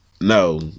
no